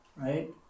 right